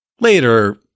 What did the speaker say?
Later